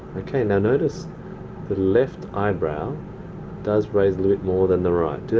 okay, now notice the left eyebrow does raise a little more than the right.